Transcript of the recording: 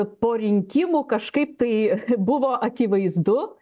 po rinkimų kažkaip tai buvo akivaizdu